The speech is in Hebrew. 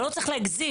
אבל לא צריך להגזים.